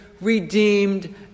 redeemed